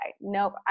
nope